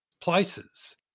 places